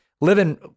living